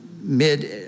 mid